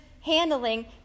handling